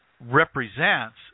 represents